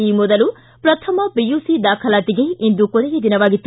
ಈ ಮೊದಲು ಪ್ರಥಮ ಪಿಯುಸಿ ದಾಖಲಾತಿಗೆ ಇಂದು ಕೊನೆಯ ದಿನವಾಗಿತ್ತು